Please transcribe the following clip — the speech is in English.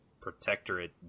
protectorate